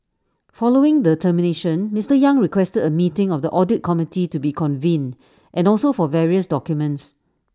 following the termination Mister yang requested A meeting of the audit committee to be convened and also for various documents